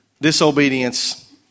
disobedience